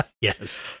Yes